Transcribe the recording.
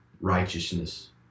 righteousness